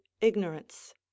ignorance